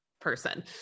person